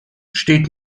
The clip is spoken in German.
steht